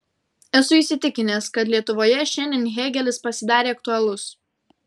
esu įsitikinęs kad lietuvoje šiandien hėgelis pasidarė aktualus